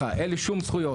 אין לי שום זכויות.